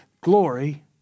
glory